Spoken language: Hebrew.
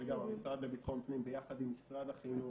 שגם המשרד לביטחון פנים ביחד עם משרד החינוך,